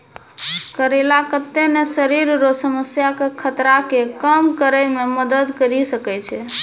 करेला कत्ते ने शरीर रो समस्या के खतरा के कम करै मे मदद करी सकै छै